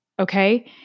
okay